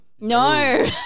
No